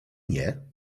nie